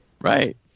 Right